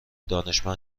دانشمند